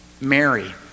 Mary